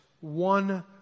one